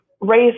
race